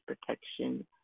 protection